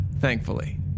thankfully